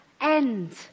end